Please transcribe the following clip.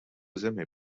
zemi